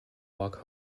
walk